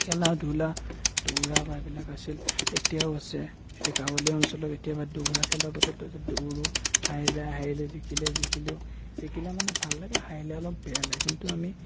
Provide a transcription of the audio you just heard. খেলা ধূলা দৌৰা বা এইবিলাক আছিল এতিয়াও আছে এতিয়া গাঁৱলীয়া অঞ্চলত কেতিয়াবা দৌৰা খেলাৰ কথা দৌৰো হাৰিলে হাৰিলো জিকিলে জিকিলো জিকিলে মানে ভাল লাগে হাৰিলে অলপ বেয়া লাগে কিন্তু আমি